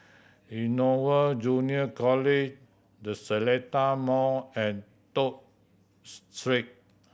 Innova Junior College The Seletar Mall and Toh Street